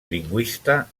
lingüista